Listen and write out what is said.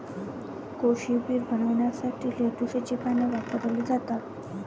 कोशिंबीर बनवण्यासाठी लेट्युसची पाने वापरली जातात